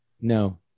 No